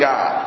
God